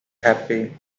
happy